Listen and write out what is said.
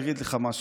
משהו,